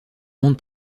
monde